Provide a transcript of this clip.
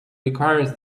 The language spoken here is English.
requires